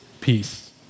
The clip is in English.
peace